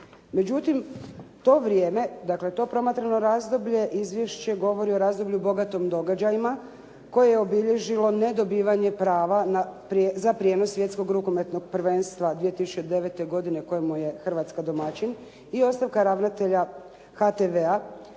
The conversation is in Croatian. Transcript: Međutim, to vrijeme, dakle to promatrano razdoblje, izvješće govori o razdoblju bogatom događajima koje je obilježilo nedobivanje prava za prijenos Svjetskog rukometnog prvenstva 2009. godine kojemu je Hrvatska domaćin i ostavka ravnatelja HTV-a